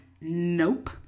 nope